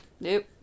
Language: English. Nope